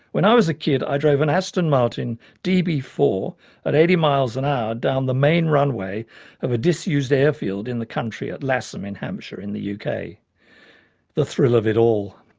when i was a kid i drove an aston martin d b four at eighty mph down the main runway of a disused airfield in the country at lasham in hampshire in the yeah uk. the thrill of it all.